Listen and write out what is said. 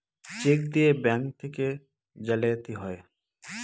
check দিয়ে bank থেকে জালিয়াতি হয়